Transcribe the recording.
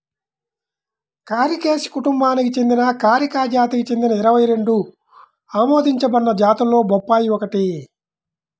కారికేసి కుటుంబానికి చెందిన కారికా జాతికి చెందిన ఇరవై రెండు ఆమోదించబడిన జాతులలో బొప్పాయి ఒకటి